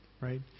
right